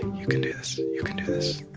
you can do this. you can do this.